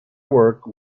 work